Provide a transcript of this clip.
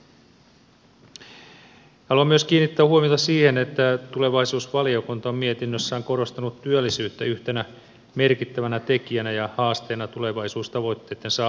haluan myös kiinnittää huomiota siihen että tulevaisuusvaliokunta on mietinnössään korostanut työllisyyttä yhtenä merkittävänä tekijänä ja haasteena tulevaisuustavoitteitten saavuttamisessa